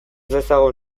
dezagun